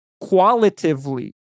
qualitatively